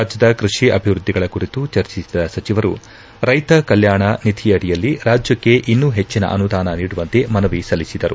ರಾಜ್ಯದ ಕೃಷಿ ಅಭಿವೃದ್ದಿಗಳ ಕುರಿತು ಚರ್ಚಿಸಿದ ಸಚಿವರು ರೈತ ಕಲ್ಯಾಣ ನಿಧಿಯಡಿಯಲ್ಲಿ ರಾಜ್ಯಕ್ಕೆ ಇನ್ನೂ ಹೆಚ್ಚಿನ ಅನುದಾನ ನೀಡುವಂತೆ ಮನವಿ ಸಲ್ಲಿಸಿದರು